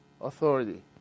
authority